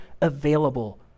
available